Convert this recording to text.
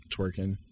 twerking